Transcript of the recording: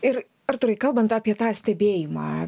ir artūrai kalbant apie tą stebėjimą